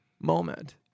moment